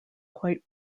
quite